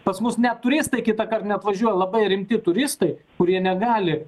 pas mus net turistai kitąkart neatvažiuoja labai rimti turistai kurie negali